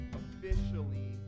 officially